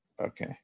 Okay